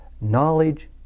knowledge